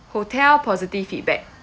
hotel positive feedback